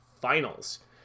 finals